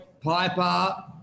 Piper